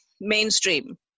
mainstream